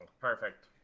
perfect